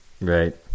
right